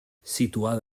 situada